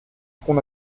front